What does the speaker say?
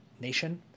nation